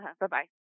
Bye-bye